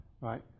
right